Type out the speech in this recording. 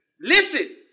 Listen